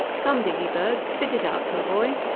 come, dickybird. spit it out, my boy!